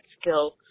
skill